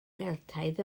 geltaidd